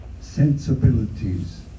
sensibilities